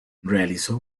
realizó